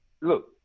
look